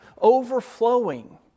overflowing